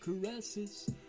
caresses